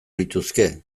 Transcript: lituzke